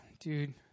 dude